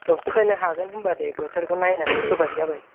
दफोनो हागोन होनबा दे बोथोरखौ नायनानै फोबानो जाबाय